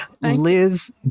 liz